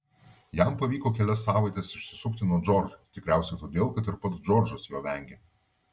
jam pavyko kelias savaites išsisukti nuo džordžo tikriausiai todėl kad ir pats džordžas jo vengė